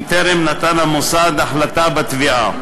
אם טרם נתן המוסד החלטה בתביעה.